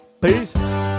Peace